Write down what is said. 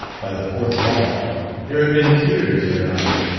by the fourth bar there had been tears in her eyes,